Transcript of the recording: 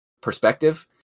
Perspective